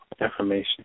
information